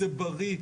זה בריא.